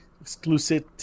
Exclusive